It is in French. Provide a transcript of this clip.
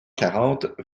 quarante